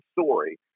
story